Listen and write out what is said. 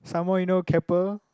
some more you know Keppel